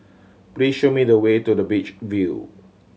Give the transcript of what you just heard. please show me the way to the Beach View